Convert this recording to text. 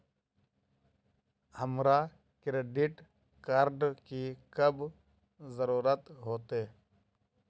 हमरा credit card की कब जरूरत होते?